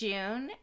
June